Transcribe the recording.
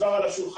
כבר על השולחן,